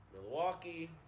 Milwaukee